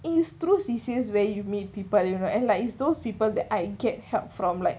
it's true she is like where you meet people you know like it's those people that I get help from like